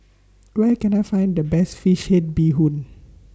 Where Can I Find The Best Fish Head Bee Hoon